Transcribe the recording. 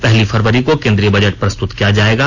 पहली फरवरी को केन्द्रीय बजट प्रस्तुत किया जाएगा